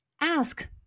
Ask